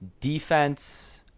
defense